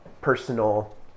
personal